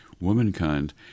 womankind